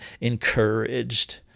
encouraged